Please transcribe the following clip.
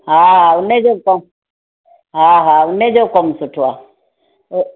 हा हुनजो क हा हा हुनजो कम सुठो आहे ओ